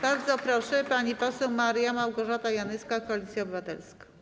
Bardzo proszę, pani poseł Maria Małgorzata Janyska, Koalicja Obywatelska.